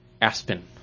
Aspen